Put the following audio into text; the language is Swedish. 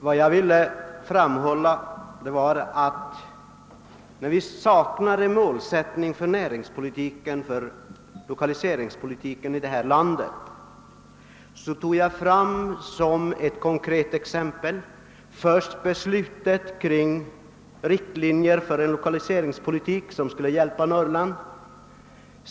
Vad jag ville framhålla var att vi saknar en målsättning för näringspolitiken och lokaliseringspolitiken i landet, och som ett konkret exempel anförde jag först beslutet om riktlinjer för en lokaliseringspolitik som skulle hjälpa Norrland.